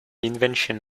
invention